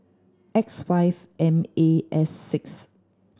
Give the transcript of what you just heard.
X five M A S six